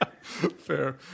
Fair